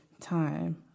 Time